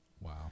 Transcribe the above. Wow